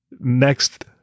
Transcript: Next